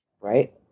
Right